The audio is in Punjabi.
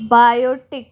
ਬਾਇਓਟਿਕ